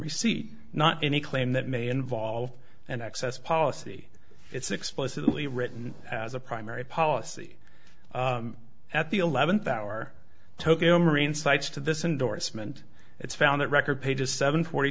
receipt not any claim that may involve an excess policy it's explicitly written as a primary policy at the eleventh hour tokyo marine cites to this indorsement it's found that record pages seven forty